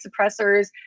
suppressors